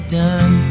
done